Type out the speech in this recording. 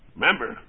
Remember